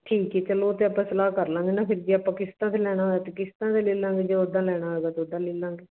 ਠੀਕ ਹੈ ਚਲੋ ਉਹ ਤਾਂ ਆਪਾਂ ਸਲਾਹ ਕਰ ਲਾਂਗੇ ਨਾ ਫਿਰ ਜੇ ਆਪਾਂ ਕਿਸ਼ਤਾਂ 'ਤੇ ਲੈਣਾ ਹੋਇਆ ਕਿਸ਼ਤਾਂ 'ਤੇ ਲੈ ਲਾਂਗੇ ਜੇ ਉਦਾਂ ਲੈਣਾ ਹੋਇਆ ਉਦਾਂ ਲੈ ਲਾਂਗੇ